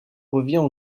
revient